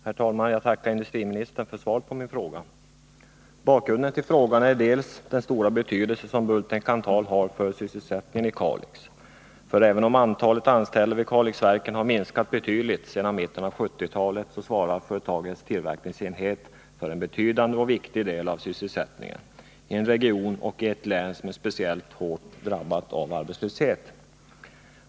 Herr talman! Jag tackar industriministern för svaret på min fråga. Bakgrunden till frågan är bl.a. den stora betydelse som Bulten-Kanthal AB har för sysselsättningen i Kalix. Även om antalet anställda vid Kalixverken har minskat betydligt sedan mitten av 1970-talet, svarar företagets tillverkningsenhet för en betydande och viktig del av sysselsättningen i en region och ett län som speciellt hårt har drabbats av arbetslöshet.